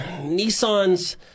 Nissans